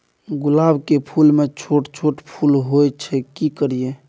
गुलाब के फूल में छोट छोट फूल होय छै की करियै?